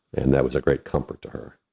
and that was a great comfort to her